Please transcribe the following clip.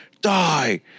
die